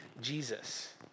Jesus